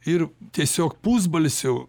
ir tiesiog pusbalsiu